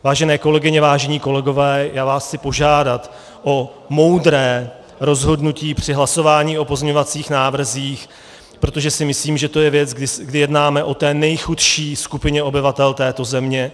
Vážené kolegyně, vážení kolegové, já vás chci požádat o moudré rozhodnutí při hlasování o pozměňovacích návrzích, protože si myslím, že to je věc, kdy jednáme o té nejchudší skupině obyvatel této země.